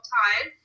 time